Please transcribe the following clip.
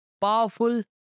powerful